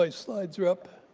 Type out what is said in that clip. ah slides are up.